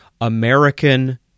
American